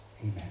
amen